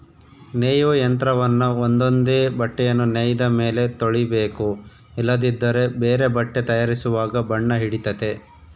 ನೇಯುವ ಯಂತ್ರವನ್ನ ಒಂದೊಂದೇ ಬಟ್ಟೆಯನ್ನು ನೇಯ್ದ ಮೇಲೆ ತೊಳಿಬೇಕು ಇಲ್ಲದಿದ್ದರೆ ಬೇರೆ ಬಟ್ಟೆ ತಯಾರಿಸುವಾಗ ಬಣ್ಣ ಹಿಡಿತತೆ